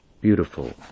beautiful